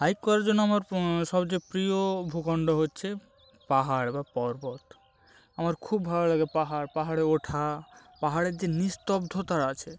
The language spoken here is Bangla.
হাইক করার জন্য আমার সবচেয়ে প্রিয় ভূখণ্ড হচ্ছে পাহাড় বা পর্বত আমার খুব ভালো লাগে পাহাড় পাহাড়ে ওঠা পাহাড়ের যে নিস্তব্ধতা আছে